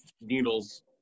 needles